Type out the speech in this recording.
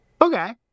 Okay